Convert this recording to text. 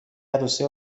عروسی